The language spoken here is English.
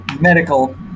medical